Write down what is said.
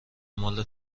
مال